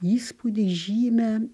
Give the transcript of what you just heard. įspūdį žymę